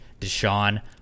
Deshaun